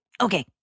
okay